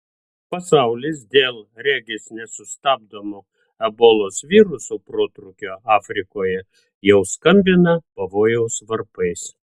pasaulis dėl regis nesustabdomo ebolos viruso protrūkio afrikoje jau skambina pavojaus varpais